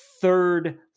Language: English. third